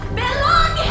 belong